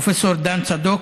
פרופ' רן צדוק,